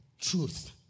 truth